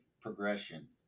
progression